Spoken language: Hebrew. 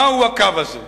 מהו הקו הזה?